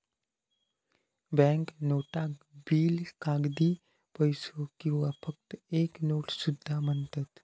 bank नोटाक bill, कागदी पैसो किंवा फक्त एक नोट सुद्धा म्हणतत